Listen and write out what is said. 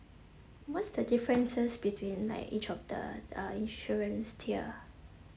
what's the differences between like each of the uh insurance tier